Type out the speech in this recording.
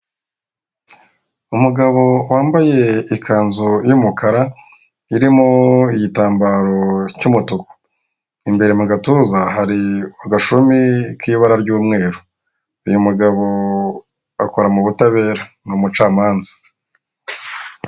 Umugabo wambaye ikanzu y'umukara irimo igitambaro cyu'mutuku, imbere mu gatuza hari agashumi k'ibara ry'umweru, uyu mugabo akora m'ubutabera ni umucamanza.